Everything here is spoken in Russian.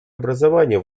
образования